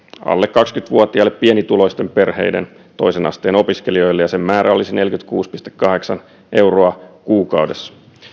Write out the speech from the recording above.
alle kaksikymmentä vuotiaille pienituloisten perheiden toisen asteen opiskelijoille ja sen määrä olisi neljäkymmentäkuusi pilkku kahdeksan euroa kuukaudessa